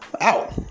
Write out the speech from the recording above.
Out